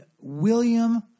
William